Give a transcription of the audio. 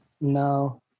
No